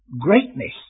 greatness